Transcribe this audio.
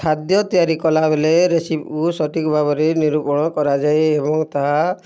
ଖାଦ୍ୟ ତିଆରି କଲାବେଲେ ରେସିପିକୁ ସଠିକ୍ ଭାବରେ ନିରୂପଣ କାରାଯାଏ ଏବଂ ତାହା